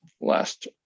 last